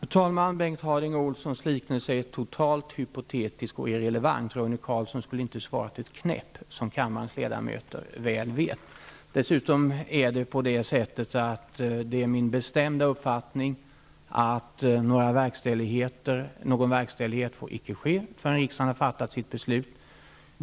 Fru talman! Bengt Harding Olsons liknelse är totalt hypotetisk och irrelevant. Roine Carlsson skulle inte, som kammarens ledamöter väl vet, ha svarat ett knäpp på frågan. Det är dessutom min bestämda uppfattning att någon verkställighet icke får ske förrän riksdagen har fattat sitt beslut.